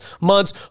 months